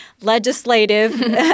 legislative